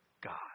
God